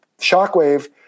shockwave